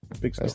Big